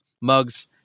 mugs